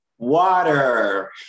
Water